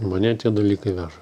mane tie dalykai veža